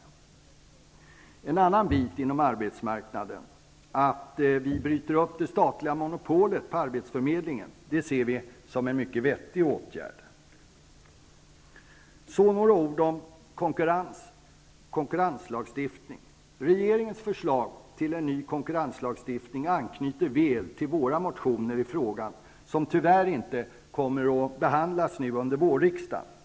Att vi i en annan del av arbetsmarknaden bryter upp det statliga monopolet på arbetsförmedlingen ser vi som en mycket vettig åtgärd. Några ord om konkurrenslagstiftningen. Regeringens förslag till en ny konkurrenslagstiftning anknyter väl till våra motioner i frågan, som tyvärr inte kommer att behandlas under vårriksdagen.